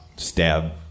stab